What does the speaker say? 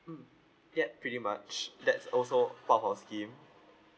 hmm yup pretty much that's also part of house scheme